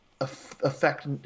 affect